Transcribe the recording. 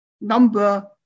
number